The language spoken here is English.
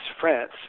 France